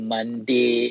Monday